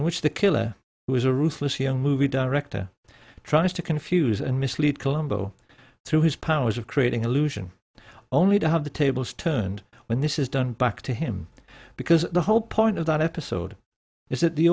which the killer was a ruthless young movie director trying to confuse and mislead colombo through his powers of creating allusion only to have the tables turned when this is done back to him because the whole point of that episode is that the